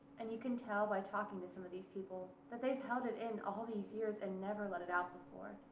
and you can tell by talking to some of these people that they've held it in all these years and never let it out before.